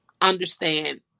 understand